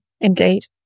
Indeed